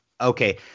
Okay